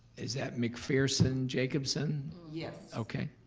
is that mcpherson jacobson? yes. okay.